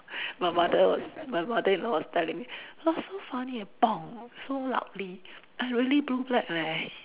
my mother was my mother-in-law was telling me it was so funny eh so loudly eh really blue black leh his